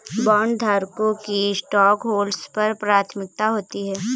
बॉन्डधारकों की स्टॉकहोल्डर्स पर प्राथमिकता होती है